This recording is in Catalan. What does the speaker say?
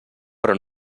però